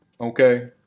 okay